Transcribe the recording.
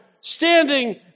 standing